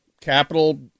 capital